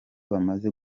bamaze